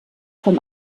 vom